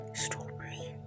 strawberry